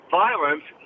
violence